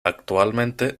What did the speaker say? actualmente